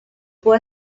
può